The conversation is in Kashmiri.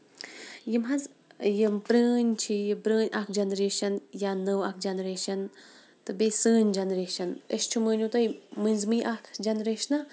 یِم حظ یِم پرٲنۍ چھِ یہِ پرٲنۍ اکھ جنریشن یا نٔو اکھ جینریشن تہٕ بیٚیہِ سٲنۍ اکھ جنریشن أسۍ چھِ مٲنِیو تُہۍ مٔنٛزمٕۍ اکھ چنریشنہ